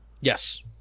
Yes